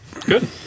Good